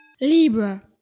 Libra